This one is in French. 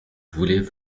voulez